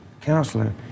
counselor